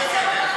מירי.